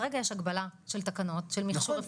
כרגע יש הגבלה של תקנות של מכשור רפואי,